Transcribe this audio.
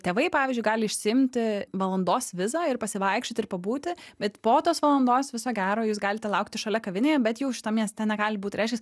tėvai pavyzdžiui gali išsiimti valandos vizą ir pasivaikščioti ir pabūti bet po tos valandos viso gero jūs galite laukti šalia kavinėje bet jau šitam mieste negalit būt tai reiškias